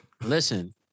Listen